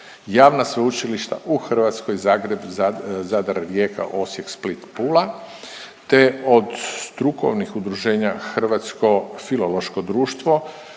javna sveučilišta u Hrvatskoj Zagreb, Zadar, Rijeka, Osijek, Split, Pula te od strukovnih udruženja Hrvatsko filološko društvo,